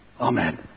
Amen